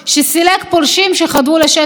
הבנתי שכאן בדיוק אני צריכה להתמקד.